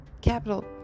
capital